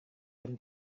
jam